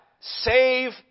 Save